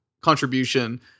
contribution